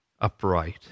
upright